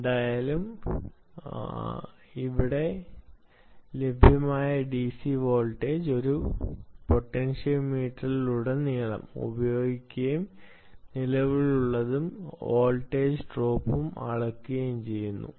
എന്തായാലും ഇവിടെ ലഭ്യമായ ഡിസി വോൾട്ടേജ് ഒരു പൊട്ടൻഷ്യോമീറ്ററിലുടനീളം ഉപയോഗിക്കുകയും നിലവിലുള്ള വോൾട്ടേജ് ഡ്രോപ്പ് അളക്കുകയും ചെയ്യും